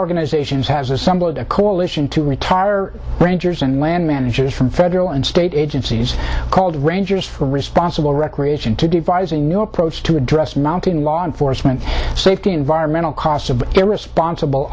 organizations has assembled a coalition to retire rangers and land managers from federal and state agencies called rangers for responsible recreation to devise a new approach to address mounting law enforcement safety environmental costs of irresponsible